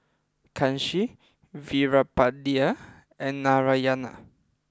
Kanshi Veerapandiya and Narayana